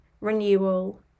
renewal